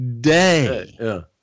day